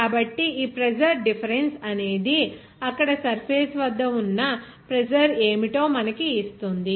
కాబట్టి ఈ pressure difference అనేది అక్కడ సర్ఫేస్ వద్ద ఉన్న ప్రెజర్ ఏమిటో మనకు ఇస్తుంది